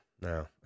no